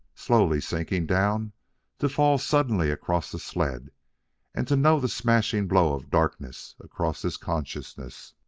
slowly sinking down to fall suddenly across the sled and to know the smashing blow of darkness across his consciousness.